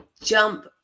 jump